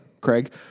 Craig